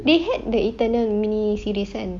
they had the eternal mini series kan